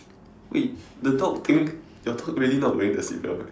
wait the dog thing your dog really not wearing the seat belt right